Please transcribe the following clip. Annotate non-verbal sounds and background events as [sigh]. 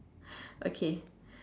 [breath] okay